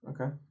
Okay